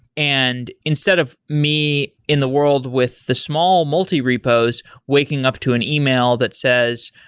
and instead of me in the world with the small multi-repos waking up to an email that says,